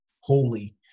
holy